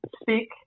speak